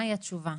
מהי התשובה?